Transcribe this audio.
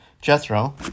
Jethro